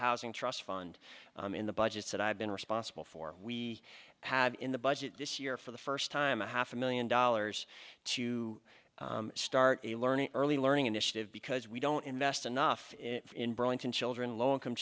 housing trust fund in the budgets that i've been responsible for we have in the budget this year for the first time a half a million dollars to start a learning early learning initiative because we don't invest enough in burlington children low income